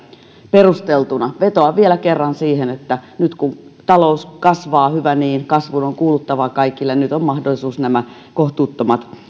perusteltuna vetoan vielä kerran siihen että nyt kun talous kasvaa hyvä niin kasvun on kuuluttava kaikille nyt on mahdollisuus nämä kohtuuttomat